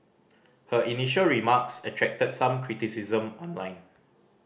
her initial remarks attracted some criticism online